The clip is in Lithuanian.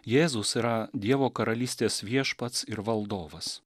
jėzus yra dievo karalystės viešpats ir valdovas